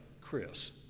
Chris